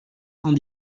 cent